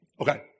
Okay